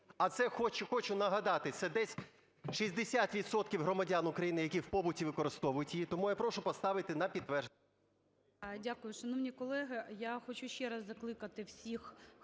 А це, хочу нагадати, це десь 60 відсотків громадян України, які в побуті використовують її. Тому я прошу поставити на підтвердження.